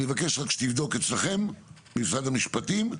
אני מבקש רק שתבדקו אצלכם, משרד המשפטים,